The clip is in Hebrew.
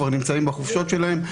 כבר נמצאים בחופשות שלהם,